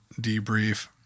debrief